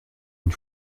une